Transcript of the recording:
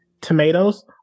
tomatoes